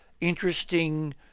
interesting